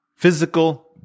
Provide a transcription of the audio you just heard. Physical